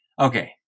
Okay